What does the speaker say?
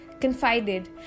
confided